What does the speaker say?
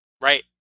Right